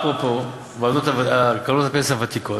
אפרופו קרנות הפנסיה הוותיקות,